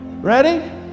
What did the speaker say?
Ready